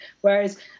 Whereas